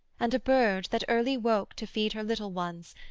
and a bird, that early woke to feed her little ones,